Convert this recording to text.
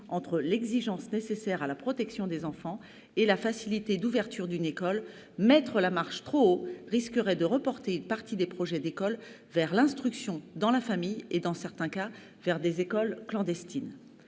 entre l'exigence nécessaire à la protection des enfants et la facilité d'ouverture d'une école. Placer la marche trop haut risquerait de reporter une partie des projets d'école vers l'instruction dans la famille et, dans certains cas, vers des écoles clandestines.